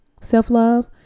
self-love